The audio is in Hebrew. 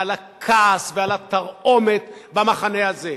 על הכעס ועל התרעומת במחנה הזה.